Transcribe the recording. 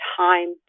time